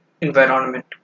environment